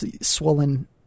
swollen